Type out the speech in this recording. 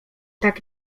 tak